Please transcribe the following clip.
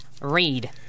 Read